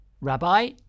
Rabbi